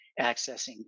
accessing